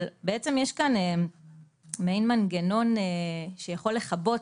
אבל יש כאן מעין מנגנון שיכול ל"כבות"